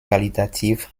qualitativ